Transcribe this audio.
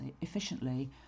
efficiently